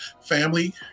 family